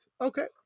Okay